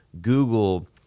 Google